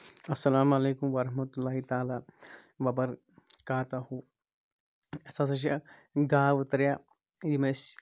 السلام علیکم ورحمۃ اللہ وبرکاتہ اَسہِ ہسا چھِ یِم گاوٕ ترے یِم اَسہِ